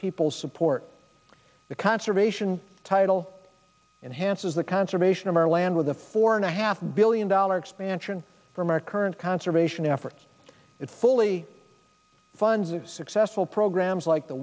people's support the conservation title enhanced as the conservation of our land with the four and a half billion dollar expansion from our current conservation efforts it fully funds it's successful programs like the